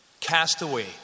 Castaway